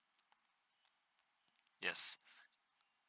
yes